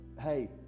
hey